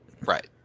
right